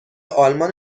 آلمان